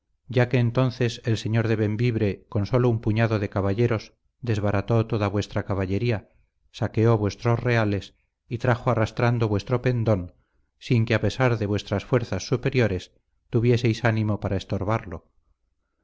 ya que entonces el señor de bembibre con sólo un puñado de caballeros desbarató toda vuestra caballería saqueó vuestros reales y trajo arrastrando vuestro pendón sin que a pesar de vuestras fuerzas superiores tuvieseis ánimo para estorbarlo